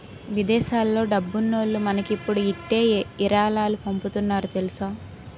విదేశాల్లో డబ్బున్నోల్లు మనకిప్పుడు ఇట్టే ఇరాలాలు పంపుతున్నారు తెలుసా